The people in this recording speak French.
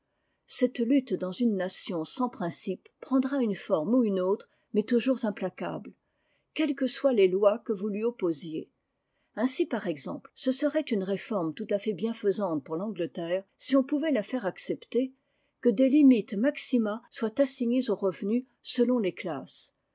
cette lutte dans une nation sans principes prendra une forme ou mne autre mais toujours implacable quelles que soient les lois que vous lui opposiez ainsi par exemple ce serait une réforme tout à fait bienfaisante pour l'angleterre si on pouvait la faire accepter que des limites maxima soient assignées aux revenus selon les classes